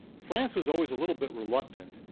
france was always a little bit reluctant,